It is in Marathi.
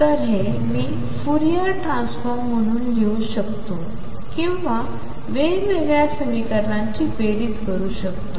तर हे मी फुरियर ट्रान्सफॉर्म म्हणून लिहू शकतो किंवा वेगवेगळ्या समीकरणांची बेरीज करू शकतो